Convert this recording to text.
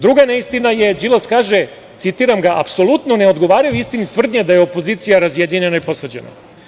Druga neistina je, Đilas kaže: "Apsolutno ne odgovaraju istini tvrdnje da je opozicija razjedinjena i posvađana.